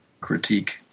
critique